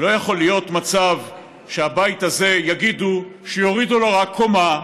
לא יכול להיות מצב שבבית הזה יגידו שיורידו לו רק קומה,